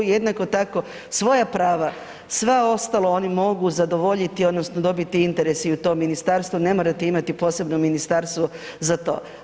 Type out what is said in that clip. Jednako tako svoja prava sva ostala oni mogu zadovoljiti odnosno dobiti interes i u tom ministarstvu ne morate imati posebno ministarstvo za to.